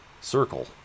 circle